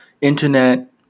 internet